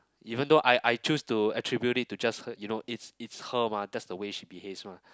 even though I I choose to attribute it to just her you know it's it's her mah that's the way she behaves mah